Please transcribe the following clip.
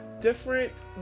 Different